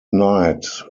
night